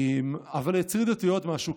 אבל הטריד אותי עוד משהו.